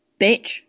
Bitch